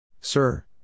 Sir